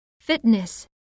fitness